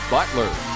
Butler